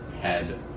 head